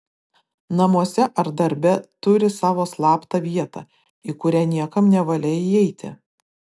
namuose ar darbe turi savo slaptą vietą į kurią niekam nevalia įeiti